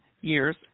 years